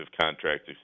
contract